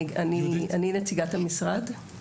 אני נציגת המשרד.